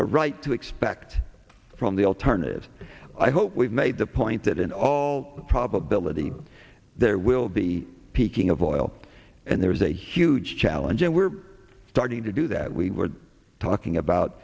a right to expect from the alternative i hope we've made the point that in all probability there will be peaking of oil and there was a huge challenge and we're starting to do that we were talking about